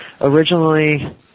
originally